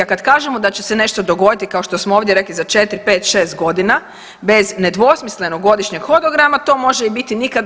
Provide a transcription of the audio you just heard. A kad kažemo da će se nešto dogoditi kao što smo ovdje rekli za 4, 5, 6 godina bez nedvosmislenog godišnjeg hodograma to može biti i nikada.